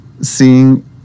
seeing